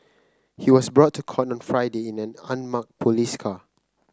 he was brought to court on Friday in an unmarked police car